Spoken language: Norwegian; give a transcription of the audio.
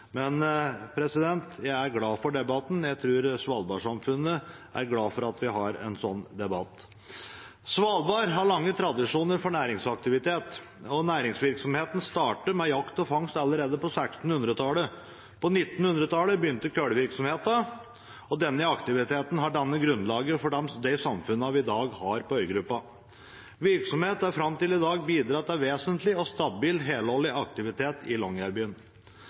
Men jeg er glad for debatten, jeg tror svalbardsamfunnet er glad for at vi har en sånn debatt. Svalbard har lange tradisjoner for næringsaktivitet, og næringsvirksomheten startet med jakt og fangst allerede på 1600-tallet. På 1900-tallet begynte kullvirksomheten, og denne aktiviteten har dannet grunnlaget for det samfunnet vi i dag har på øygruppa. Virksomheten har fram til i dag bidratt til en vesentlig og stabil helårlig aktivitet i